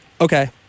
okay